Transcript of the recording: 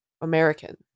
American